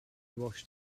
washed